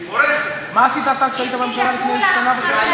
דעותי בעניין